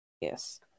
Yes